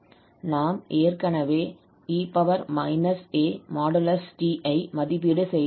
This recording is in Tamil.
நாம் ஏற்கனவே 𝑒−𝑎|𝑡| ஐ மதிப்பீடு செய்துள்ளோம்